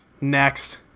Next